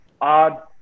odd –